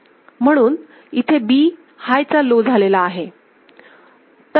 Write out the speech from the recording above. म्हणून इथे B high चा लो झालेला आहे